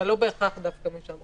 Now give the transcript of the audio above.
אבל לא בהכרח דווקא משם.